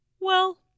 Well